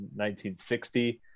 1960